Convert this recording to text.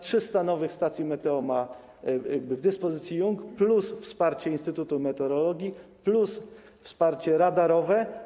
300 nowych stacji meteo ma w dyspozycji IUNG plus wsparcie instytutu meteorologii, plus wsparcie radarowe.